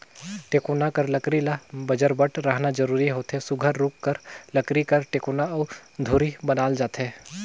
टेकोना कर लकरी ल बजरबट रहना जरूरी होथे सुग्घर रूख कर लकरी कर टेकोना अउ धूरी बनाल जाथे